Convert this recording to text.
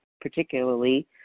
particularly